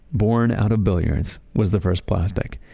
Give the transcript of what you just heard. born out of billiards, was the first plastic.